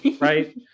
right